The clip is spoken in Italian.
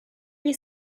gli